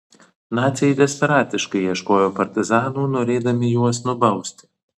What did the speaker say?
naciai desperatiškai ieškojo partizanų norėdami juos nubausti